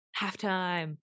halftime